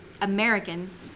Americans